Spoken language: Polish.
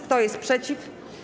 Kto jest przeciw?